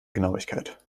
genauigkeit